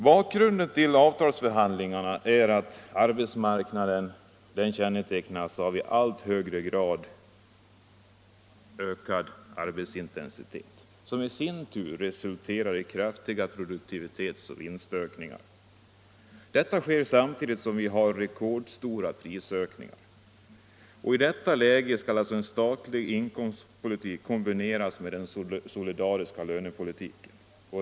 Bakgrunden till avtalsförhandlingarna är att arbetsmarknaden kännetecknas av allt högre grad av ökad arbetsintensitet, som i sin tur resulterar i kraftiga produktivitetsoch vinstökningar. Det sker samtidigt som vi har rekordstora prisökningar. I detta läge skall alltså en statlig inkomstpolitik kombineras med en solidarisk lönepolitik.